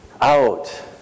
out